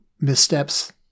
missteps